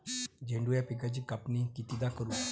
झेंडू या पिकाची कापनी कितीदा करू?